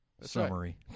Summary